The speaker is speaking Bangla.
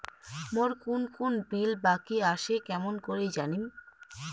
মোর কুন কুন বিল বাকি আসে কেমন করি জানিম?